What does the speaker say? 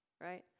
right